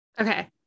okay